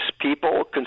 people